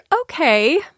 okay